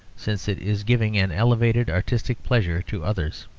since it is giving an elevated artistic pleasure to others.